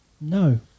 No